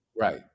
Right